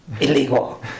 illegal